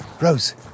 Rose